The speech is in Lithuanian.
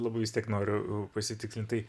labai vis tiek noriu pasitikslint tai